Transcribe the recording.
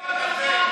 איפה אתה חי?